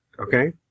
Okay